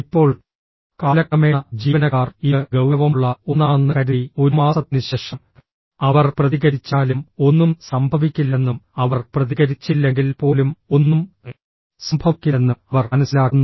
ഇപ്പോൾ കാലക്രമേണ ജീവനക്കാർ ഇത് ഗൌരവമുള്ള ഒന്നാണെന്ന് കരുതി ഒരു മാസത്തിനുശേഷം അവർ പ്രതികരിച്ചാലും ഒന്നും സംഭവിക്കില്ലെന്നും അവർ പ്രതികരിച്ചില്ലെങ്കിൽ പോലും ഒന്നും സംഭവിക്കില്ലെന്നും അവർ മനസ്സിലാക്കുന്നു